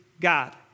God